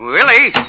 Willie